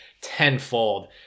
tenfold